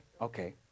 Okay